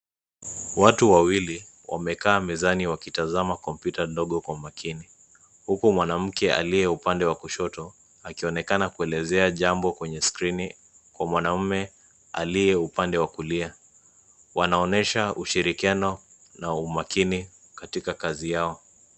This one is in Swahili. Watu wawili wamekaa mezani wakitazama kompyuta ndogo kwa makini. Huku mwanamke aliye upande wa kushoto akionekana kuelezea jambo kwenye skrini kwa mwanaume aliye upande wa kulia. Wanaonyesha ushirikiano na umakini katika kazi yao.